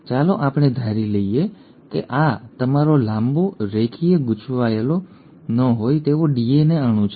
હવે ચાલો આપણે ધારી લઈએ કે આ તમારો લાંબો રેખીય ગૂંચવાયેલો ન હોય તેવો DNA અણુ છે